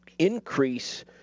increase